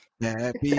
Happy